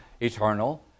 Eternal